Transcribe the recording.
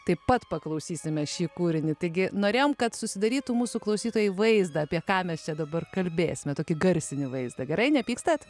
taip pat paklausysime šį kūrinį taigi norėjom kad susidarytų mūsų klausytojai vaizdą apie ką mes čia dabar kalbėsime tokį garsinį vaizdą gerai nepykstate